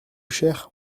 cher